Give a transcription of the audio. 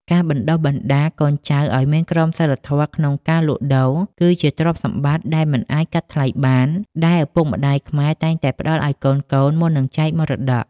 ការបណ្ដុះបណ្ដាលកូនចៅឱ្យមានក្រមសីលធម៌ក្នុងការលក់ដូរ គឺជាទ្រព្យសម្បត្តិដែលមិនអាចកាត់ថ្លៃបាន ដែលឪពុកម្ដាយខ្មែរតែងតែផ្ដល់ឱ្យកូនៗមុននឹងចែកមរតក។